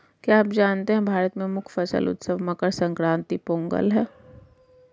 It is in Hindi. क्या आप जानते है भारत में मुख्य फसल उत्सव मकर संक्रांति, पोंगल है?